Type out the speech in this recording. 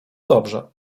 dobrze